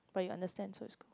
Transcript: but you understand so so